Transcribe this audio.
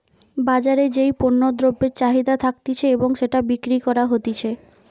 বাজারে যেই পণ্য দ্রব্যের চাহিদা থাকতিছে এবং সেটা বিক্রি করা হতিছে